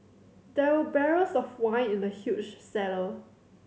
there were barrels of wine in the huge cellar